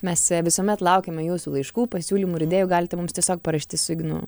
mes visuomet laukiame jūsų laiškų pasiūlymų ir idėjų galite mums tiesiog parašyti su ignu